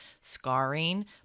scarring